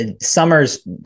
summer's